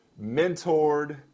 mentored